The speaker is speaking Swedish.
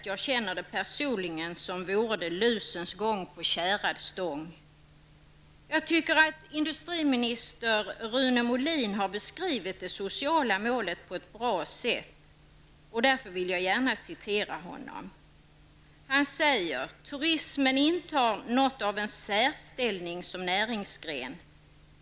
Jag känner det personligen som vore det ''lusens gång på tjärad stång''. Jag tycker att industriminister Rune Molin har beskrivit det sociala målet på ett bra sätt och vill därför citera honom: ''Turismen intar något av en särställning som näringsgren.